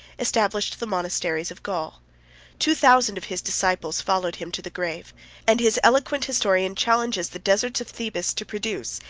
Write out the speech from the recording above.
established the monasteries of gaul two thousand of his disciples followed him to the grave and his eloquent historian challenges the deserts of thebais to produce,